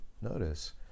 notice